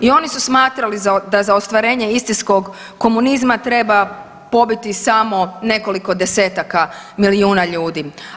I oni su smatrali da za ostvarenje istinskog komunizma treba pobiti samo nekoliko desetaka milijuna ljudi.